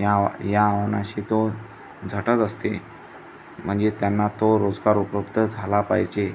या या आव्हानाशी तो झटत असते म्हणजे त्यांना तो रोजगार उपलब्ध झाला पाहिजे